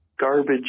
garbage